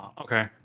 Okay